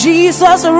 Jesus